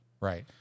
Right